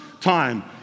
time